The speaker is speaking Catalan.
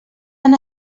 han